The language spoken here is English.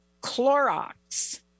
Clorox